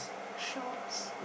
shops